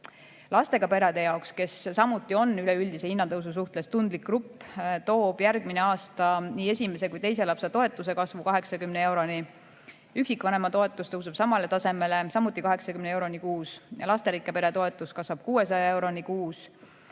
Lastega perede jaoks, kes samuti on üleüldise hinnatõusu suhtes tundlik grupp, toob järgmine aasta nii esimese kui teise lapse toetuse kasvu 80 euroni. Üksikvanema toetus tõuseb samale tasemele, samuti 80 euroni kuus. Lasterikka pere toetus kasvab 600 euroni kuus.